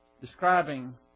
Describing